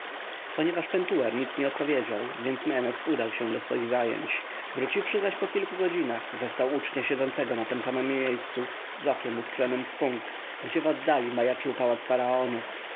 ponieważ pentuer nic nie odpowiedział więc menes udał się do swych zajęć wróciwszy zaś po kilku godzinach zastał ucznia siedzącego na tem samem miejscu z okiem utkwionem w punkt gdzie woddali majaczył pałac faraonów